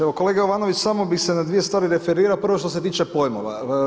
Evo kolega Jovanović samo bi se na dvije stvari referirao, prvo što se tiče pojmova.